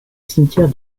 cimetière